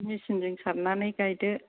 मेचिनजों सारनानै गायदो